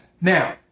Now